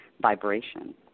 vibration